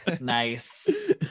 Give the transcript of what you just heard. Nice